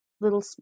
little